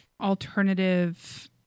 alternative